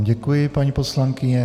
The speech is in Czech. Děkuji vám, paní poslankyně.